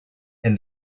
and